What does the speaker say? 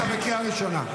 אתה בקריאה ראשונה.